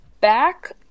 back